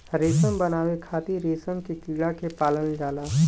रेशम बनावे खातिर रेशम के कीड़ा के पालल जाला